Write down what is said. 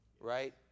Right